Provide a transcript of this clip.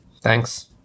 Thanks